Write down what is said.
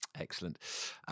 Excellent